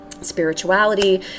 spirituality